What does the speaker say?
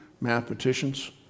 mathematicians